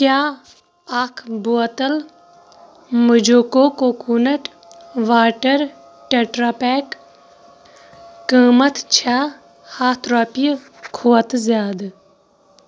کیٛاہ اَکھ بوتل موجوکو کوکونٹ واٹر ٹٮ۪ٹرا پیک قۭمتھ چھا ہَتھ رۄپیہِ کھوتہٕ زیادٕ